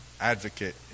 advocate